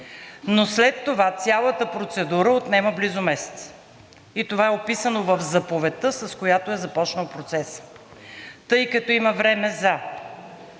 но след това цялата процедура отнема близо месец, и това е описано в заповедта, с която е започнал процесът, тъй като има време за: